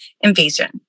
invasion